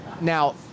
Now